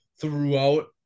throughout